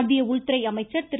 மத்திய உள்துறை அமைச்சர் திரு